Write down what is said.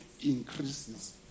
increases